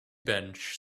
bench